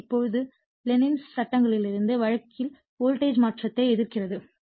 எனவே இப்போது லென்ஸின் சட்டங்களிலிருந்து வழங்கல் வோல்டேஜ் மாற்றத்தை எதிர்க்கிறது